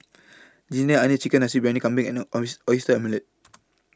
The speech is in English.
Ginger Onions Chicken Nasi Briyani Kambing and Oyster Omelette